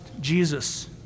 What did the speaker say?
Jesus